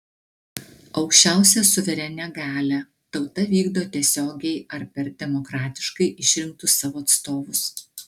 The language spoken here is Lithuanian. aukščiausią suverenią galią tauta vykdo tiesiogiai ar per demokratiškai išrinktus savo atstovus